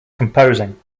composing